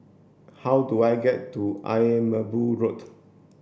how do I get to Ayer Merbau Road